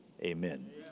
Amen